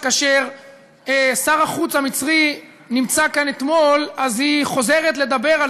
שכאשר שר החוץ המצרי נמצא כאן אתמול אז היא חוזרת לדבר על